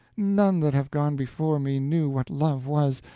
none that have gone before me knew what love was,